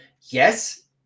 yes